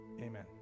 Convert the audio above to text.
amen